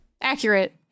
Accurate